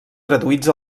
traduïts